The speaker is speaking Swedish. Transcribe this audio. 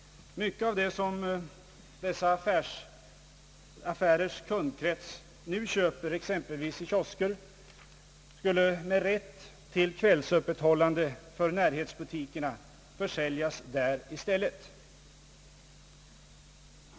Mycket av det som dessa affärers kundkrets nu köper i exempelvis kiosker skulle med rätt till kvällsöppethållande för närbutikerna försäljas där i stället.